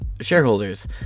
shareholders